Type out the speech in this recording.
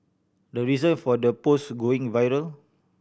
the reason for the post going viral